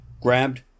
grabbed